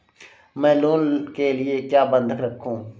मैं लोन के लिए क्या बंधक रखूं?